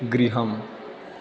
गृहम्